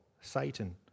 Satan